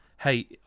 hey